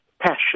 passion